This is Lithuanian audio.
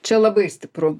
čia labai stipru